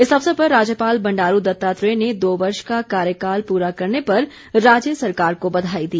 इस अवसर पर राज्यपाल बंडारू दत्तात्रेय ने दो वर्ष का कार्यकाल पूरा करने पर राज्य सरकार को बधाई दी